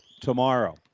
tomorrow